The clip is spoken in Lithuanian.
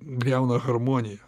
griauna harmoniją